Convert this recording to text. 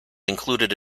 included